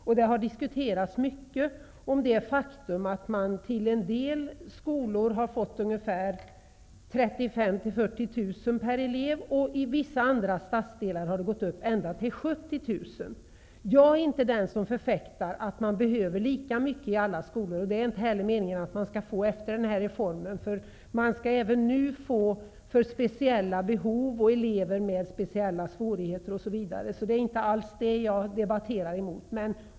Det faktum har diskuterats mycket att en del skolor har fått mellan 35 000 och 40 000 per elev, medan det i vissa andra stadsdelar har varit fråga om 70 000. Jag är inte den som förfäktar att man behöver lika mycket pengar i alla skolor. Det är inte heller meningen att det skall bli så med den här reformen. Man skall bl.a. ta hänsyn till speciella behov och elever med speciella svårigheter. Jag polemiserar inte mot detta.